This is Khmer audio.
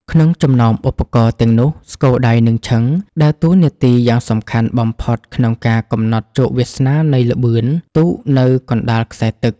ក្នុងចំណោមឧបករណ៍ទាំងនោះ ស្គរដៃ និងឈឹង ដើរតួនាទីយ៉ាងសំខាន់បំផុតក្នុងការកំណត់ជោគវាសនានៃល្បឿនទូកនៅកណ្តាលខ្សែទឹក។